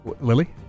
Lily